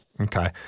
okay